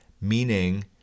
meaning